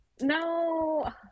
No